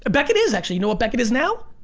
ah beckett is actually, you know what beckett is now?